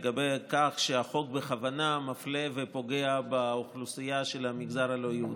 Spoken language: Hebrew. לגבי כך שהחוק בכוונה מפלה ופוגע באוכלוסייה של המגזר הלא-יהודי.